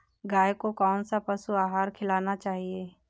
गाय को कौन सा पशु आहार खिलाना चाहिए?